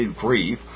grief